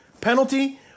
penalty